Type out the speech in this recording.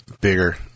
bigger